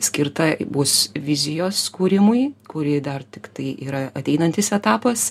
skirta bus vizijos kūrimui kuri dar tiktai yra ateinantis etapas